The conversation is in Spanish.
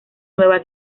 nueva